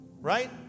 right